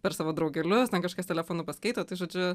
per savo draugelius ten kažkas telefonu paskaito tai žodžiu